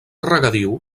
regadiu